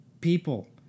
people